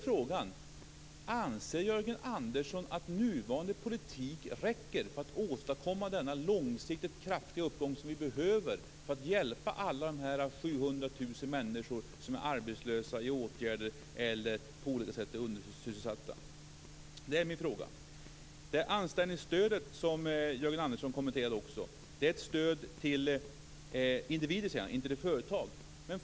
Frågan är: Anser Jörgen Andersson att nuvarande politik räcker för att åstadkomma den långsiktigt kraftiga uppgång som vi behöver för att hjälpa alla de 700 000 människor som är arbetslösa, i åtgärder eller på olika sätt är undersysselsatta? Jörgen Andersson kommenterade också anställningsstödet. Det är ett stöd till individer, säger han, inte till företag.